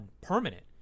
permanent